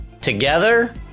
Together